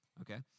Okay